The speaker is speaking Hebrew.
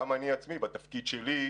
גם אני, בתפקיד שלי,